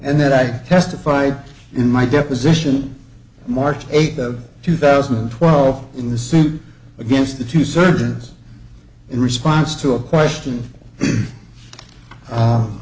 and that i testified in my deposition march eighth of two thousand and twelve in the suit against the two surgeons in response to a question